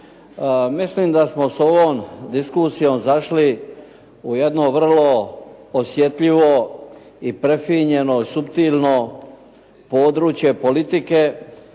Mislim da smo s ovom diskusijom zašli u jedno vrlo osjetljivo i prefinjeno i suptilno područje politike